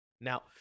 Now